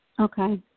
Okay